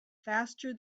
faster